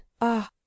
ah